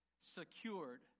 secured